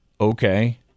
okay